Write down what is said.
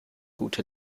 gute